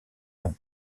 nom